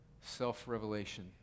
self-revelation